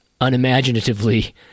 unimaginatively